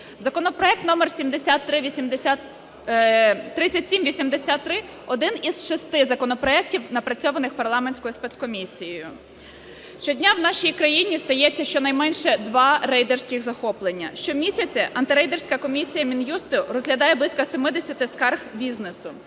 Законопроект номер 3783 – один із шести законопроектів, напрацьованих парламентською спецкомісією. Щодня в нашій країні стається щонайменше два рейдерських захоплення. Щомісяця антирейдерська комісія Мін'юсту розглядає близько 70 скарг бізнесу.